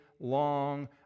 long